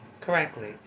Correctly